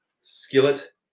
skillet